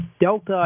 Delta